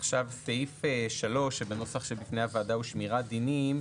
עכשיו סעיף 3 שבנוסח שבפני הוועדה הוא שמירת דינים,